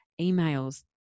emails